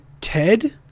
ted